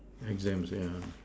exams yeah